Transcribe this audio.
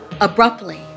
Abruptly